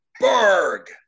Berg